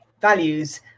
values